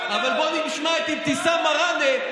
אבל בוא נשמע את אבתיסאם מראענה,